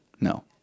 No